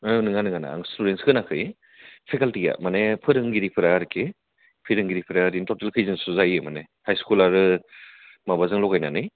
औ नोङा नोङा आं स्टुटेन्सखौ होनाखै फेकाल्टिया माने फोरोंगिरिफ्रा आरोखि फोरोगिरिफ्रा ओरैनो टटेल खयजनसो जायो माने हाई स्कुल आरो माबाजों लगायनानै